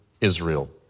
Israel